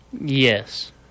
Yes